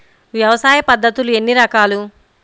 వ్యవసాయ పద్ధతులు ఎన్ని రకాలు?